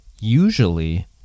Usually